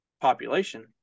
population